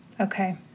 Okay